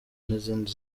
n’izindi